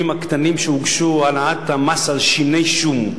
הקטנים שהוגשו על העלאת המס על שיני שום.